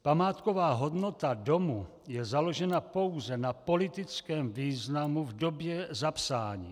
Památková hodnota domu je založena pouze na politickém významu v době zapsání.